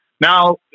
Now